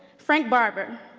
frank barber,